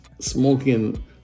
smoking